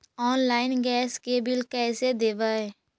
Online gas के bill कैसे देबै?